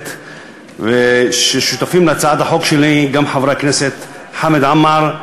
לכנסת ששותפים להצעת החוק שלי גם חברי הכנסת חמד עמאר,